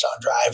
drive